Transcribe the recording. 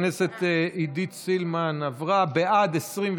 של עבריין מין לסביבת נפגע העבירה (תיקון,